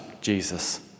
Jesus